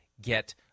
get